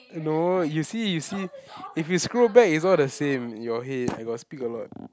no you see you see if you scroll back it's all the same your head I got speak a lot